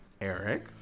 Eric